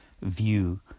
view